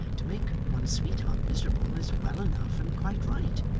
to make one's sweetheart miserable is well enough and quite right,